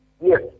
Yes